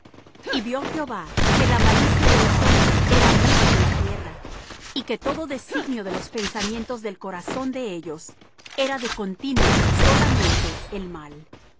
y vió jehová que la malicia de los hombres era mucha en la tierra y que todo designio de los pensamientos del corazón de ellos era de continuo solamente el mal y